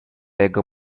jego